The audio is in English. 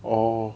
orh